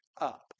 up